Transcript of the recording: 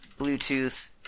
Bluetooth